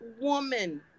woman